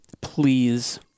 please